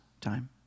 time